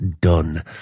done